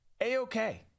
A-OK